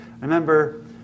remember